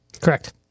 Correct